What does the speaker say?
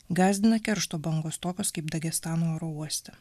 gąsdina keršto bangos tokios kaip dagestano oro uoste